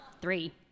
Three